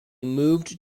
moved